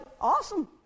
awesome